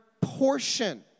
portion